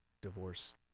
divorce